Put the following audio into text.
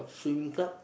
swimming club